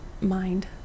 mind